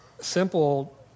simple